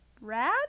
Rad